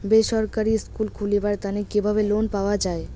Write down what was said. বেসরকারি স্কুল খুলিবার তানে কিভাবে লোন পাওয়া যায়?